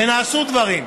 ונעשו דברים.